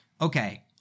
okay